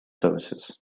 services